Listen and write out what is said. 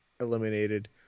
eliminated